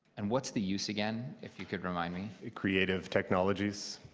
and what's the use again if you can remind me? creative technologies.